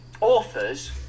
authors